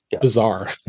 bizarre